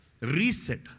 reset